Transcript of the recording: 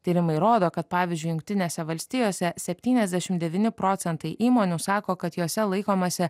tyrimai rodo kad pavyzdžiui jungtinėse valstijose septyniasdešim devyni procentai įmonių sako kad jose laikomasi